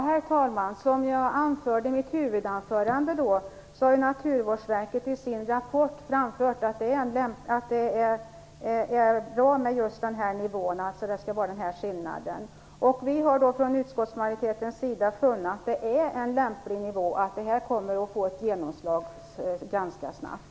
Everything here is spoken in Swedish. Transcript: Herr talman! Som jag sade i mitt huvudanförande har Naturvårdsverket i sin rapport framfört att det är bra med just denna skillnad. Utskottsmajoriteten har funnit att det är en lämplig nivå och att det kommer att få genomslag ganska snabbt.